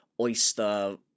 oyster